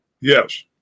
Yes